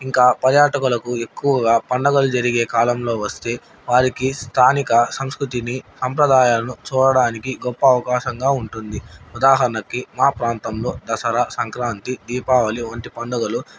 ఇంకా పర్యాటకులకు ఎక్కువగా పండగలు జరిగే కాలంలో వస్తే వారికి స్థానిక సంస్కృతిని సంప్రదాయాలను చూడడానికి గొప్ప అవకాశంగా ఉంటుంది ఉదాహరణకి మా ప్రాంతంలో దసరా సంక్రాంతి దీపావళి వంటి పండుగలు